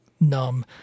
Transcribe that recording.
numb